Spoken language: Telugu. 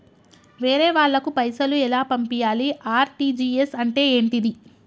వేరే వాళ్ళకు పైసలు ఎలా పంపియ్యాలి? ఆర్.టి.జి.ఎస్ అంటే ఏంటిది?